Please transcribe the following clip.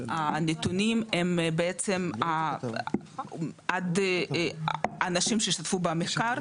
הנתונים הם בעצם לפי האנשים שהשתתפו במחקר,